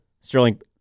Sterling